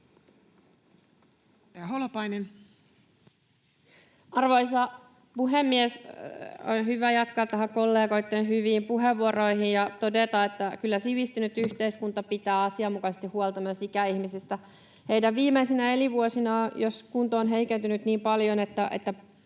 Arvoisa puhemies! On hyvä jatkaa näistä kollegoitten hyvistä puheenvuoroista ja todeta, että kyllä sivistynyt yhteiskunta pitää asianmukaisesti huolta myös ikäihmisistä heidän viimeisinä elinvuosinaan. Jos kunto on heikentynyt niin paljon, että